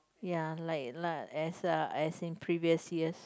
ya like (la) as (a) as in previous years